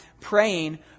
praying